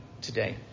today